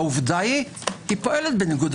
העובדה היא פועלת בניגוד.